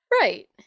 Right